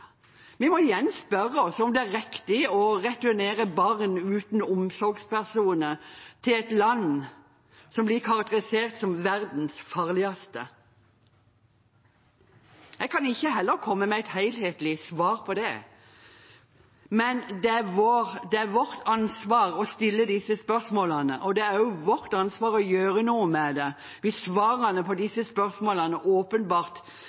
Vi må igjen spørre oss om det er riktig å returnere barn uten omsorgspersoner til et land som blir karakterisert som verdens farligste. Jeg kan heller ikke komme med et helhetlig svar på det. Men det er vårt ansvar å stille disse spørsmålene, og det er også vårt ansvar å gjøre noe med det hvis svarene på disse spørsmålene åpenbart